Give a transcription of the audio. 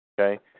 Okay